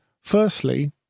Firstly